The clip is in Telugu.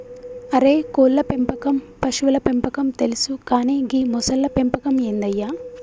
అరే కోళ్ళ పెంపకం పశువుల పెంపకం తెలుసు కానీ గీ మొసళ్ల పెంపకం ఏందయ్య